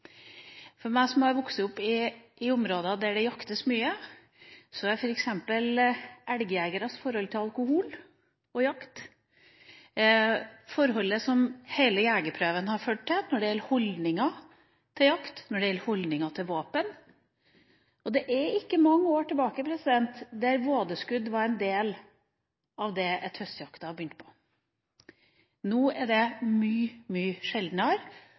har vokst opp i områder der det jaktes mye. Jegerprøva har ført til holdninger til jakt og til våpen. Det er ikke mange år siden vådeskudd var en del av det at høstjakta begynte. Nå skjer det mye sjeldnere. Vi har ennå noen få tilfeller av vådeskudd, men det er mange færre enn tidligere. Det